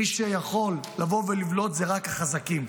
מי שיכול לבוא ולבלוט זה רק החזקים,